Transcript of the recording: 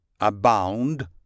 abound